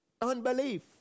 Unbelief